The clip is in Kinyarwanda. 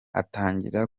atangira